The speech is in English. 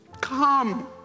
come